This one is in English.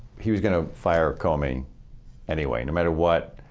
he was going to fire comey anyway, no matter what,